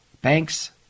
banks